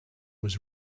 was